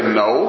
no